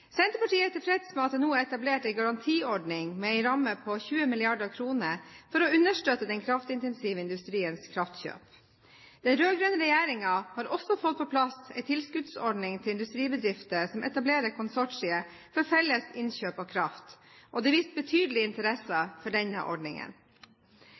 Senterpartiet er tilfreds med at det nå er etablert en garantiordning med en ramme på 20 mrd. kr for å understøtte den kraftintensive industriens kraftkjøp. Den rød-grønne regjeringen har også fått på plass en tilskuddsordning til industribedrifter som etablerer konsortier for felles innkjøp av kraft, og det er vist betydelig